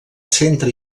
centre